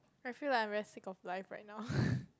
I feel like I'm very sick of life right now